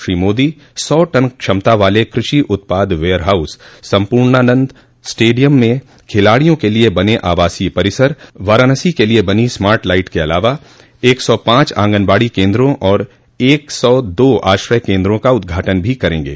श्री मोदी सौ टन क्षमता वाले कृषि उत्पाद वेयर हाउस संपूर्णानंद स्टेडियम में खिलाड़ियों के लिए बने आवासीय परिसर वाराणसी के लिए बनी स्मार्ट लाइटिंग के अलावा एक सौ पांच आंगनबाड़ी केंद्रों और एक सौ दो आश्रय केंद्रों का उद्घाटन भी करेंगे